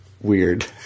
weird